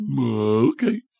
okay